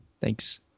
Thanks